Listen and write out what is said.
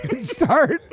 Start